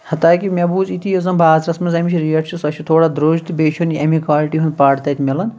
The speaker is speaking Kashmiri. حتاکہِ مےٚ بوٗز اِتہِ یۄس زَن بازٕرَس منٛز اَمِچ ریٹ چھِ سۄ چھےٚ تھوڑا درٛوٚج تہٕ بیٚیہِ چھُنہٕ یہِ اَمی کالٹۍ ہُنٛد پَڑ تَتہِ مِلان